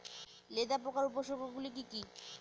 লেদা পোকার উপসর্গগুলি কি কি?